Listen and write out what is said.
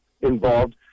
involved